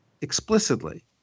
explicitly